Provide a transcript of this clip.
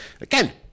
Again